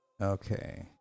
Okay